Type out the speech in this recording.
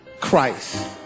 Christ